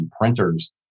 printers